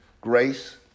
grace